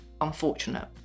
unfortunate